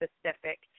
specific